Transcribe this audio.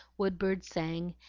woodbirds sang,